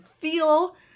feel